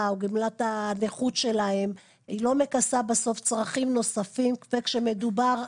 או גמלת הנכות שלהם לא מכסה בסוף צרכים נוספים כשמדובר,